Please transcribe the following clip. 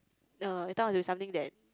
uh it turn out to be something that